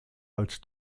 als